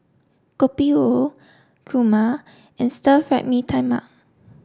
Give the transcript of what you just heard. Kopi O Kurma and Stir Fried Mee Tai Mak